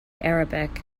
arabic